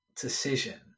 decision